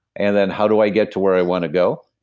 and then, how do i get to where i want to go?